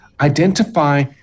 identify